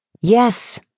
Yes